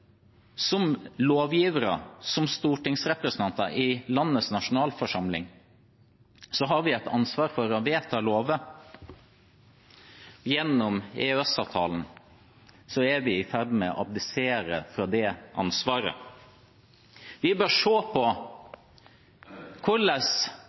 Som lovgivere – som stortingsrepresentanter i landets nasjonalforsamling – har vi et ansvar for å vedta lover. Gjennom EØS-avtalen er vi i ferd med å abdisere fra det ansvaret.